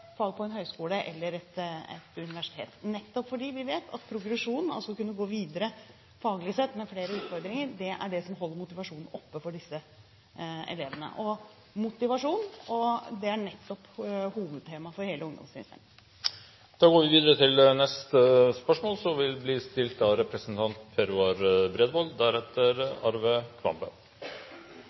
på en høyskole eller et universitet, nettopp fordi vi vet at progresjon – altså det å kunne gå videre faglig sett med flere utfordringer – er det som holder motivasjonen oppe for disse elevene. Og motivasjon er nettopp hovedtemaet for hele ungdomstrinnet. Jeg ønsker å stille følgende spørsmål til